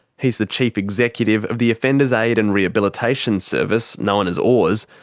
he's the chief executive of the offenders aid and rehabilitation service, known as oars,